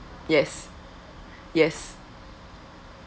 yes yes